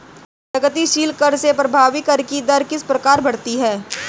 प्रगतिशील कर से प्रभावी कर की दर किस प्रकार बढ़ती है?